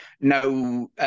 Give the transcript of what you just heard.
No